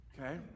Okay